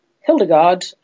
Hildegard